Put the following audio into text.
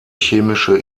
chemische